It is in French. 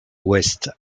ouest